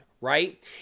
right